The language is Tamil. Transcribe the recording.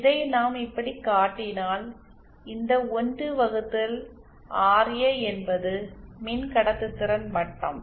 இதை நாம் இப்படி காட்டினால் இந்த 1 வகுத்தல் ஆர்எ என்பது மின்கடத்துதிறன் வட்டம்